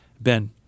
Ben